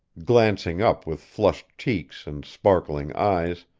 glancing up with flushed cheeks and sparkling eyes,